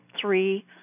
three